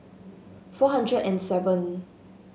four hundred and seven